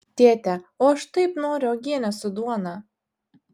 tėte o aš taip noriu uogienės su duona